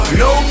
no